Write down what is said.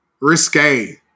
risque